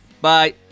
Bye